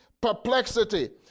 perplexity